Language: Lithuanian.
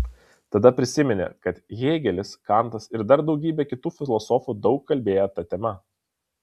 tada prisiminė kad hėgelis kantas ir dar daugybė kitų filosofų daug kalbėję ta tema